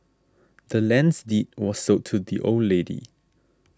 the land's deed was sold to the old lady